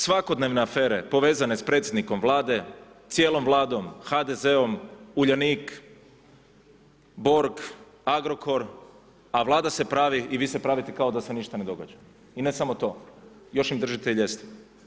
Svakodnevne afere povezane s predsjednikom Vlade, cijelom Vladom, HDZ-om, Uljanik, Borg, Agrokor, a Vlada se pravi i vi se pravite kao da se ništa ne događa, i ne samo to, još im držite i ljestve.